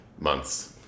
months